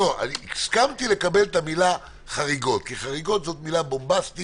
הסכמתי להוריד את המילה "חריגות" כי זו מילה בומבסטית.